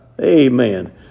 Amen